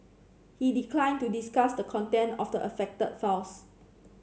he declined to discuss the content of the affected files